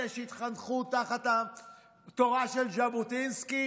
אלה שהתחנכו תחת התורה של ז'בוטינסקי,